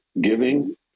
giving